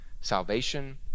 salvation